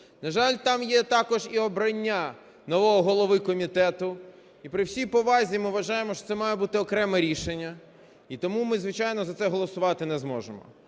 На жаль, там є також і обрання нового голови комітету. І при всій повазі ми вважаємо, що це має бути окреме рішення. І тому ми, звичайно, за це голосувати не зможемо.